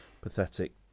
pathetic